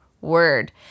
word